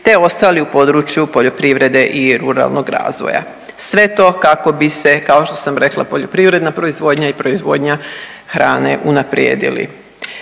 te ostali u području poljoprivrede i ruralnog razvoja, sve to kako bi se kao što sam rekla, poljoprivredna proizvodnja i proizvodnja hrane unaprijedili.